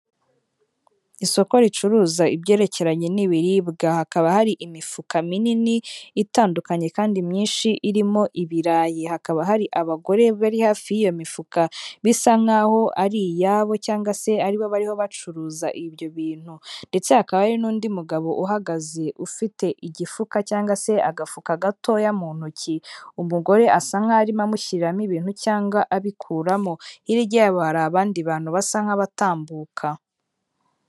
Isoko ricuruza ibyerekeranye n'ibiribwa, hakaba hari imifuka minini itandukanye kandi myinshi irimo ibirayi, hakaba hari abagore bari hafi y'iyo mifuka bisa nk'aho ari iyabo cyangwa se aribo bariho bacuruza ibyo bintu, ndetse hakaba hari n'undi mugabo uhagaze ufite igifuka cyangwa se agafuka gatoya mu ntoki. Umugore asa nk'aho arimo amushyiramo ibintu cyangwa abikuramo, hirya yabo hari abandi bantu basa nk'abatambuka.